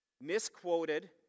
Misquoted